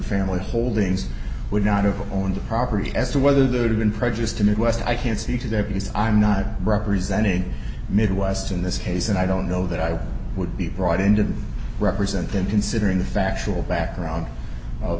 family holdings would not have owned the property as to whether they would have been prejudiced in the west i can't speak to that because i'm not representing midwest in this case and i don't know that i would be brought in to represent them considering the factual background of